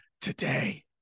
today